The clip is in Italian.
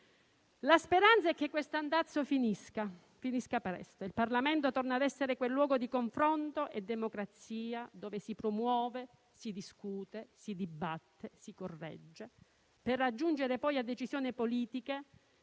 La speranza è che questo andazzo finisca presto e il Parlamento torni ad essere il luogo di confronto e democrazia dove si promuove, si discute, si dibatte e si corregge per raggiungere poi decisioni politiche